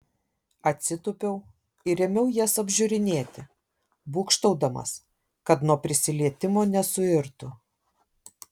atsitūpiau ir ėmiau jas apžiūrinėti būgštaudamas kad nuo prisilietimo nesuirtų